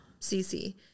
CC